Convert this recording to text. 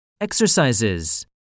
Exercises